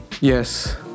yes